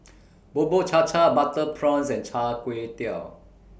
Bubur Cha Cha Butter Prawns and Char Kway Teow